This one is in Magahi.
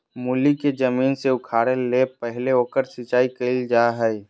मूली के जमीन से उखाड़े से पहले ओकर सिंचाई कईल जा हइ